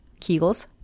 Kegels